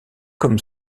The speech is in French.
comme